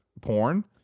porn